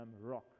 rock